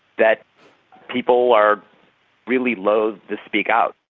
that people are really loath to speak out.